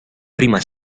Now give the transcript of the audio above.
prima